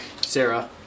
Sarah